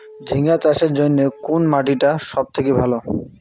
ঝিঙ্গা চাষের জইন্যে কুন মাটি টা সব থাকি ভালো?